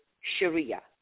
Sharia